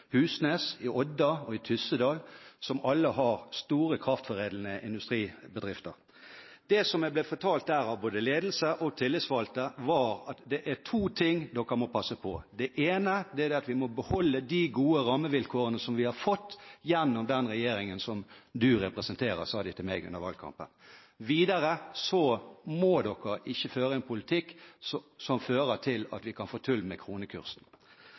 Husnes, i Odda og i Tyssedal, som alle har store kraftforedlende industribedrifter. Det jeg ble fortalt der av både ledelse og tillitsvalgte, var at det var to ting vi måtte passe på. Det ene er at vi må beholde de gode rammevilkårene som vi har fått gjennom den regjeringen som du representerer, sa de til meg under valgkampen. Videre må dere ikke føre en politikk som fører til at vi kan få tull med kronekursen.